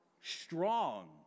Strong